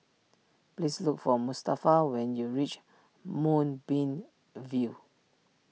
please look for Mustafa when you reach Moonbeam View